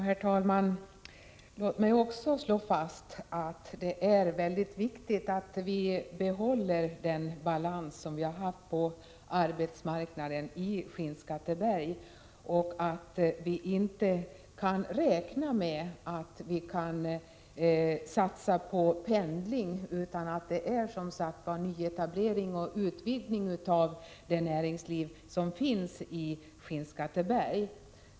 Herr talman! Låt mig också slå fast att det är mycket viktigt att vi får behålla den balans vi har haft på arbetsmarknaden i Skinnskatteberg. Vi kan inte räkna med att folk skall pendla utan vi måste satsa på nyetablering och utvidgning av det näringsliv som finns i Skinnskatteberg.